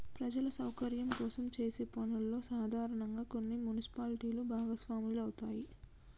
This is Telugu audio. ప్రజల సౌకర్యం కోసం చేసే పనుల్లో సాధారనంగా కొన్ని మున్సిపాలిటీలు భాగస్వాములవుతాయి